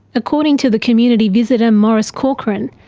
according to the community visitor maurice corcoran,